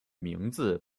名字